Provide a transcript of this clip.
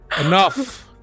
enough